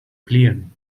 plion